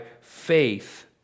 faith